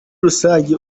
rusangi